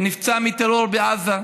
שנפצע מטרור בעזה.